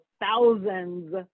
thousands